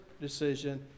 decision